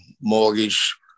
mortgage